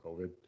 COVID